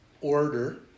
order